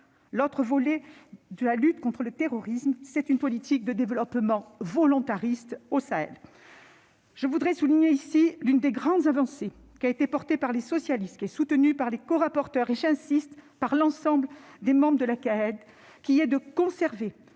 l'autre volet de la lutte contre le terrorisme, c'est une politique de développement volontariste au Sahel. Je voudrais souligner ici l'une des grandes avancées portées par les socialistes, soutenue par les corapporteurs et, j'y insiste, par l'ensemble des membres de la commission : consacrer